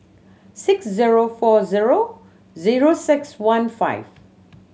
six zero four zero zero six one five